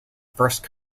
first